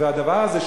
והדבר הזה,